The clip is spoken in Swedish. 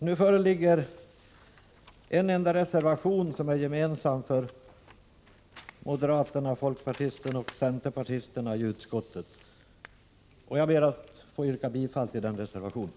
Det föreligger en enda reservation, som är gemensam för moderaterna, folkpartisterna och centerpartisterna i utskottet, och jag ber att få yrka bifall till den reservationen.